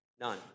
None